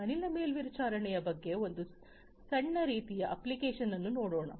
ಅನಿಲ ಮೇಲ್ವಿಚಾರಣೆಯ ಒಂದು ಸಣ್ಣ ರೀತಿಯ ಅಪ್ಲಿಕೇಶನ್ ಅನ್ನು ನೋಡೋಣ